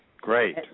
Great